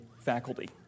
faculty